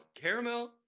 caramel